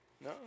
No